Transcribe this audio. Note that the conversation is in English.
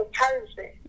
person